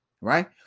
right